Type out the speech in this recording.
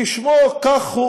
כשמו כן הוא,